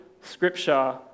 scripture